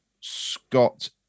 Scott